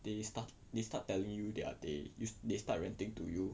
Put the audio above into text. they start they start telling you their day they they start ranting to you